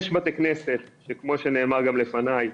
יש בתי כנסת, שכמו שנאמר גם לפניי,